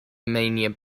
mania